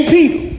Peter